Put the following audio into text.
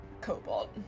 Cobalt